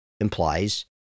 implies